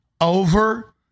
over